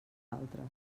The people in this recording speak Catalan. altres